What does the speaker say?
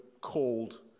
called